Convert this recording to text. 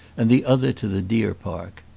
and the other to the deer park.